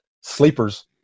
sleepers